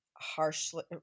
harshly